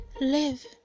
live